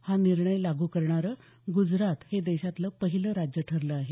हा निर्णय लागू करणारं गुजरात हे देशातलं पहिलं राज्य ठरलं आहे